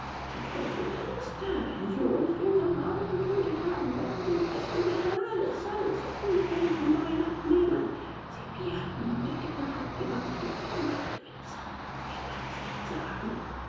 der teufel grinste wenn sie uns den sanhabe getötet haben werden wir den weißgesichtern alles salz und elfenbein abnehmen sie wieherten und der dicke ratgeber machte grauenhafte witze ich kann es nicht sagen